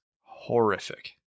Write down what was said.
horrific